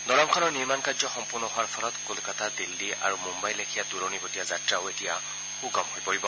দলংখনৰ নিৰ্মাণ কাৰ্য সম্পূৰ্ণ হোৱাৰ ফলত কলকাতা দিন্নী আৰু মুঘাইৰ লেখীয়া দূৰণীবটীয়া যাত্ৰাও এতিয়া সুগম হৈ পৰিব